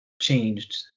changed